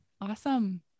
Awesome